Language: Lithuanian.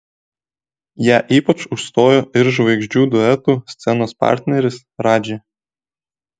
ją ypač užstojo ir žvaigždžių duetų scenos partneris radži